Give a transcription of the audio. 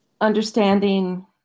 understanding